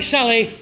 Sally